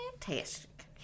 fantastic